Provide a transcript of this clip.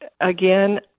Again